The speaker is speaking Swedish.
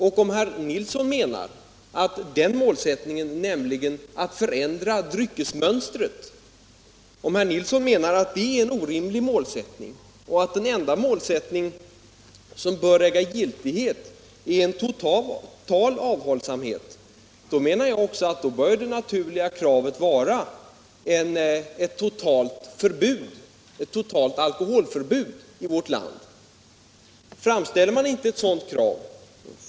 Om herr Nilsson menar att det är en orimlig målsättning att förändra dryckesmönstret och att den enda målsättning som bör äga giltighet är en total avhållsamhet, då menar jag att det naturliga kravet bör vara ett totalt alkoholförbud i vårt land.